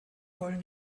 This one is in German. heulen